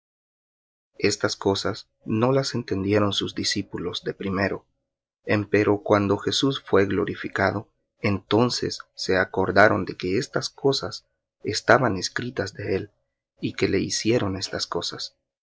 estas cosas no las entendieron sus discípulos de primero empero cuando jesús fué glorificado entonces se acordaron de que estas cosas estaban escritas de él y que le hicieron estas cosas